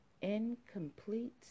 incomplete